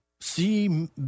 see